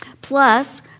Plus